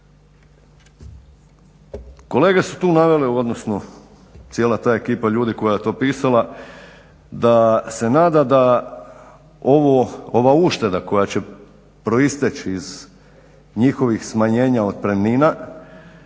Kolege su tu navele, odnosno cijela ta ekipa ljudi koja je to pisala da se nada da ova ušteda koja će proisteći iz njihovih smanjenja otpremnina